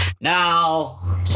Now